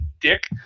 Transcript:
dick